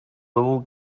little